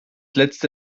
letzte